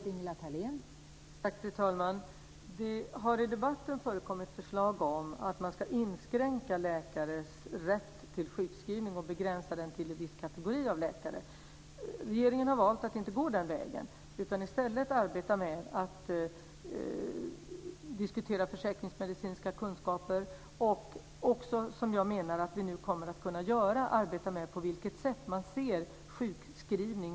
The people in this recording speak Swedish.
Fru talman! Det har i debatten förekommit förslag om att man ska inskränka läkares rätt till sjukskrivning och begränsa den till en viss kategori av läkare. Regeringen har valt att inte gå den vägen utan i stället diskutera försäkringsmedicinska kunskaper. Jag menar att vi nu kommer att kunna arbeta med frågan om hur man ser på sjukskrivning.